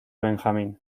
benjamín